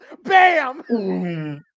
Bam